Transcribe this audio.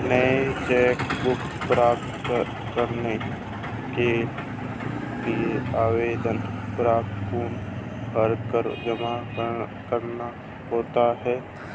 नया cheque book प्राप्त करने के लिए आवेदन पत्र पूर्णतया भरकर जमा करना होता है